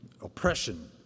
oppression